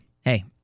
hey